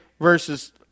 versus